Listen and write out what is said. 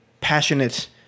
passionate